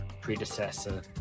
predecessor